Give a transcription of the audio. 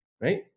right